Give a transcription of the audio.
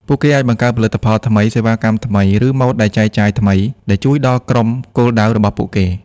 ពួកគេអាចបង្កើតផលិតផលថ្មី សេវាកម្មថ្មី ឬម៉ូតដែលចែកចាយថ្មីដែលជួយដល់ក្រុមគោលដៅរបស់ពួកគេ។